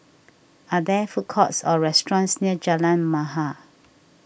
are there food courts or restaurants near Jalan Mahir